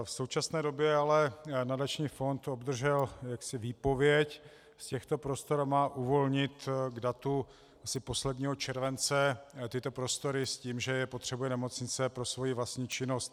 V současné době ale nadační fond obdržel výpověď z těchto prostor a má uvolnit k datu asi posledního července tyto prostory s tím, že je potřebuje nemocnice pro svoji vlastní činnost.